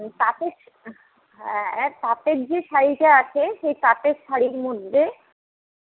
তাঁতের হ্যাঁ হ্যাঁ তাঁতের যে শাড়িটা আছে সেই তাঁতের শাড়ির মধ্যে